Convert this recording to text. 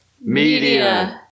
Media